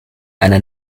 einer